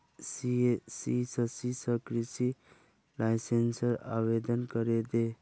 CSC स कृषि लाइसेंसेर आवेदन करे दे